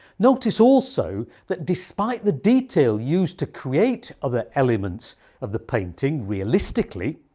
notice also that despite the detail used to create other elements of the painting realistically,